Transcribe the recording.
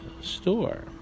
store